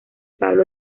pablo